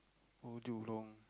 oh Jurong